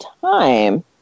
time